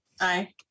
aye